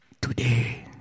Today